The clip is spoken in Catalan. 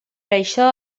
això